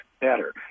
Better